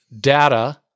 data